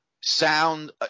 sound